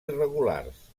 irregulars